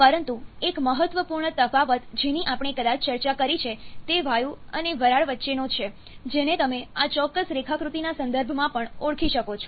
પરંતુ એક મહત્વપૂર્ણ તફાવત જેની આપણે કદાચ ચર્ચા કરી છે તે વાયુ અને વરાળ વચ્ચેનો છે જેને તમે આ ચોક્કસ રેખાકૃતિના સંદર્ભમાં પણ ઓળખી શકો છો